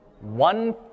One